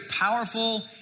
powerful